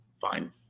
fine